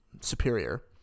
superior